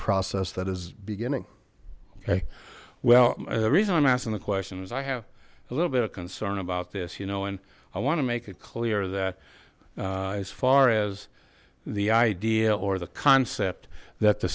process that is beginning okay well the reason i'm asking the question is i have a little bit of concern about this you know and i want to make it clear that as far as the idea or the concept that the